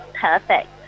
perfect